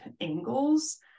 angles